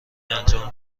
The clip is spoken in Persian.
انجام